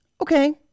Okay